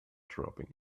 dropping